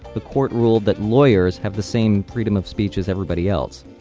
the court ruled that lawyers have the same freedom of speech as everybody else.